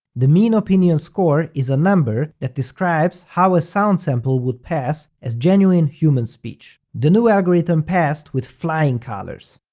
the mean opinion score is a number that describes how a sound sample would pass as genuine human speech. the new algorithm passed with flying colors.